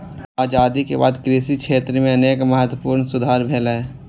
आजादी के बाद कृषि क्षेत्र मे अनेक महत्वपूर्ण सुधार भेलैए